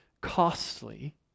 costly